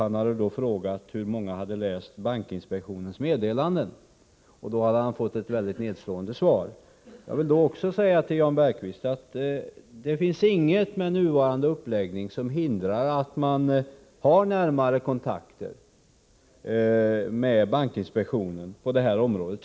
Han hade frågat hur många som hade läst bankinspektionens meddelanden och fått ett väldigt nedslående svar. Men, Jan Bergqvist, det finns inget med nuvarande uppläggning som hindrar att man har kontakter med bankinspektionen på det här området.